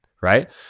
right